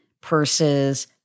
purses